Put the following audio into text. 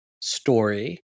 story